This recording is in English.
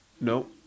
No